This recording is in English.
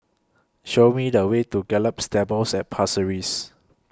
Show Me The Way to Gallop Stables At Pasir Ris